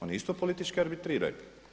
Oni isto politički arbitriraju.